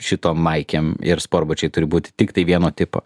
šito maikėm ir sportbačiai turi būt tiktai vieno tipo